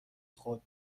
خود